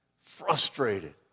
Frustrated